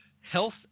Health